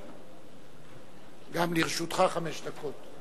גם לרשותך חמש דקות.